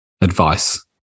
advice